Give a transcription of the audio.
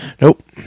Nope